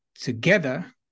together